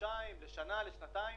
לשנה, לשנתיים.